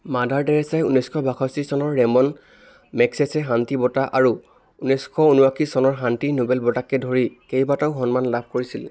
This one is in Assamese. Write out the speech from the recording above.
মাদাৰ টেৰেছাই ঊনৈছশ বাষষ্ঠি চনৰ ৰেমন মেগছেছে শান্তি বঁটা আৰু ঊনৈছশ ঊনুআশী চনৰ শান্তিৰ নোবেল বঁটাকে ধৰি কেইবাটাও সন্মান লাভ কৰিছিল